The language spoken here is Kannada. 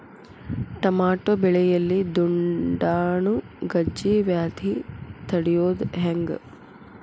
ಟಮಾಟೋ ಬೆಳೆಯಲ್ಲಿ ದುಂಡಾಣು ಗಜ್ಗಿ ವ್ಯಾಧಿ ತಡಿಯೊದ ಹೆಂಗ್?